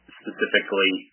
specifically